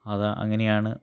അത് അങ്ങനെയാണ്